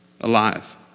alive